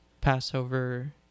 Passover